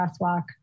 crosswalk